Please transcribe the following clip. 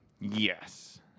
Yes